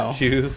two